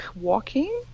walking